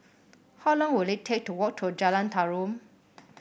how long will it take to walk to Jalan Tarum